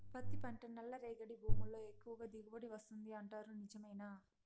పత్తి పంట నల్లరేగడి భూముల్లో ఎక్కువగా దిగుబడి వస్తుంది అంటారు నిజమేనా